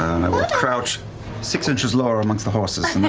i will crouch six inches lower, amongst the horses.